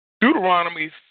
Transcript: Deuteronomy